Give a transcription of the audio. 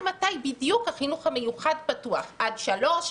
מתי בדיוק החינוך המיוחד פתוח עד שלוש,